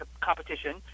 competition